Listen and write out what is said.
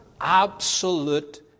absolute